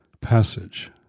passage